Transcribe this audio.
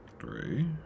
three